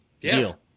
Deal